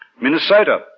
Minnesota